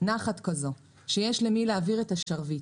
נחת כזאת שיש למי להעביר את השרביט.